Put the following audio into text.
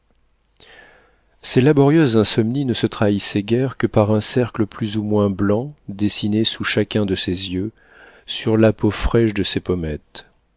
ses laborieuses insomnies ne se trahissaient guère que par un cercle plus ou moins blanc dessiné sous chacun de ses yeux sur la peau fraîche de ses pommettes